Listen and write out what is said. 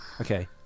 Okay